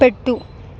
పెట్టు